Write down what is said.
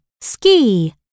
ski